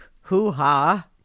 hoo-ha